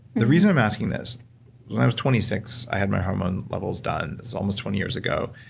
the reason i'm asking this, when i was twenty six i had my hormone levels done that's almost twenty years ago,